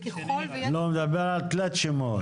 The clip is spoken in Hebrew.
לא, הוא מדבר על תלת-שימוש.